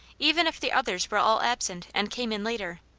even if the others were all absent, and came in later.